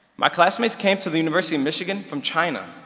my classmates came to the university of michigan from china,